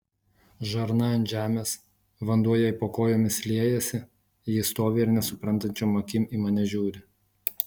žarna ant žemės vanduo jai po kojomis liejasi ji stovi ir nesuprantančiom akim į mane žiūri